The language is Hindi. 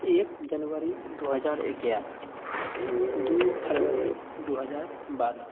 एक जनवरी दो हजार ग्यारह दो फरवरी दो हजार बारह